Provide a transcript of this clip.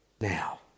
now